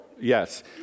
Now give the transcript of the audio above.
Yes